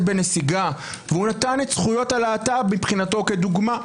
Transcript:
בנסיגה ונתן את זכויות הלהט"ב כדוגמה.